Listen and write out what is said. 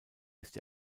ist